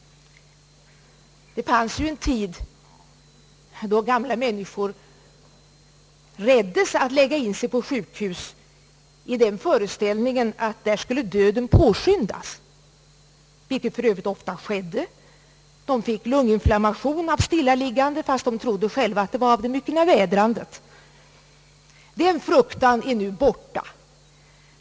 Det fanns en tid då gamla människor var rädda för att lägga in sig på sjuk hus i föreställningen att där skulle döden påskyndas, vilket för övrigt ofta skedde. De fick nämligen ofta lunginflammation av stillaliggandet, fast de själva trodde att det var av det myckna vädrandet. Den fruktan är nu borta.